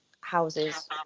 houses